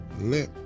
Let